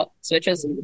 switches